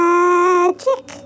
Magic